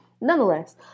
Nonetheless